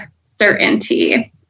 certainty